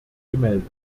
gemeldet